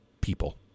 people